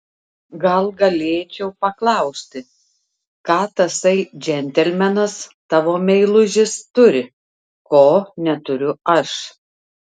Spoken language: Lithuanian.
gal galėčiau paklausti ką tasai džentelmenas tavo meilužis turi ko neturiu aš